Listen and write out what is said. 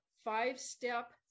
five-step